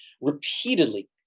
repeatedly